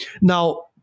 Now